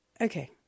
Okay